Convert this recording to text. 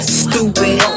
stupid